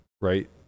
Right